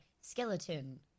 Skeleton